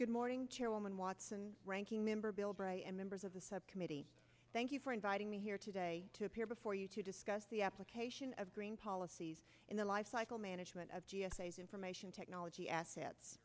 good morning chairwoman watson ranking member bilbray and members of the subcommittee thank you for inviting me here today to appear before you to discuss the application of green policies in the lifecycle management of g s a information technology assets